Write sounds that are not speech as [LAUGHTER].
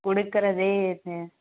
கொடுக்கறதே [UNINTELLIGIBLE]